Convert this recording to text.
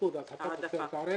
15% העדפת תוצרת הארץ,